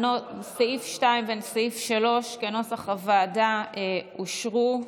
סעיפים 2 ו-3, כנוסח הוועדה, אושרו.